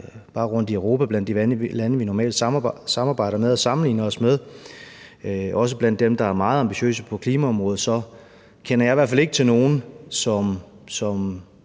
bare rundt i Europa blandt de lande, vi normalt samarbejder med og sammenligner os med, også dem, der er meget ambitiøse på klimaområdet, så kender jeg i hvert fald ikke til nogen, som